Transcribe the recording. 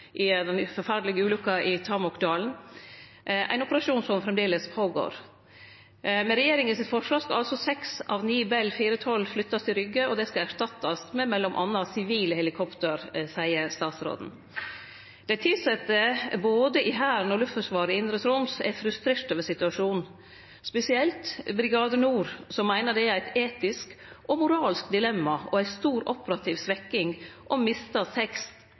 den forferdelege ulukka i Tamokdalen – ein operasjon som framleis går føre seg. Med regjeringas forslag skal altså seks av ni Bell 412-helikopter flyttast til Rygge, og dei skal erstattast med m.a. sivile helikopter, seier statsråden. Dei tilsette i både Hæren og Luftforsvaret i Indre Troms er frustrerte over situasjonen, spesielt Brigade Nord som meiner det er eit etisk og moralsk dilemma og ei stor operativ svekking